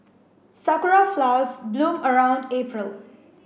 sakura flowers bloom around April